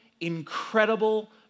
incredible